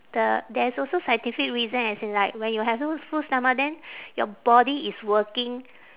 the there's also scientific reason as in like when you have full full stomach then your body is working